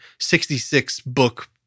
66-book